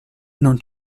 non